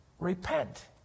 Repent